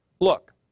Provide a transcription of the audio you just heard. look